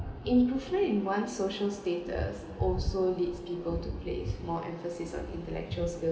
improvement in one social status also leads people to place more emphasis on intellectuals skill